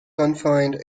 confined